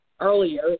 earlier